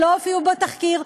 הן לא הופיעו בתחקיר,